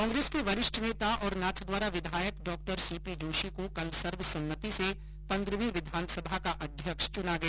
कांग्रेस के वरिष्ठ नेता और नाथद्वारा विधायक डॉ सीपी जोषी को कल सर्वसम्मति से पन्द्रहवीं विधानसभा के अध्यक्ष चुना गया